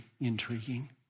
intriguing